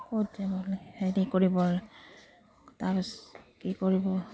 হেৰি কৰিব তৰ পিছত কি কৰিব